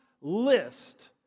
list